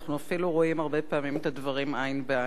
ואנחנו אפילו רואים הרבה פעמים את הדברים עין בעין.